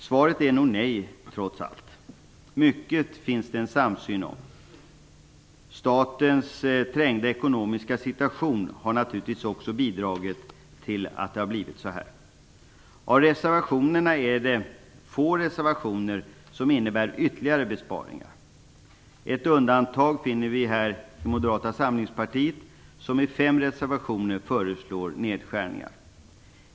Svaret är nog trots allt nej. Det finns en samsyn om mycket. Statens trängda ekonomiska situation har naturligtvis också bidragit till att det har blivit så här. Av reservationerna är det få som innebär ytterligare besparingar. Ett undantag finner vi i Moderata samlingspartiet, som i fem reservationer föreslår nedskärningar.